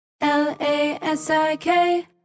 L-A-S-I-K